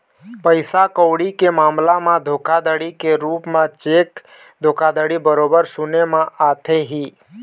पइसा कउड़ी के मामला म धोखाघड़ी के रुप म चेक धोखाघड़ी बरोबर सुने म आथे ही